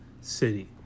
city